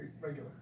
Regular